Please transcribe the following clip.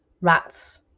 rats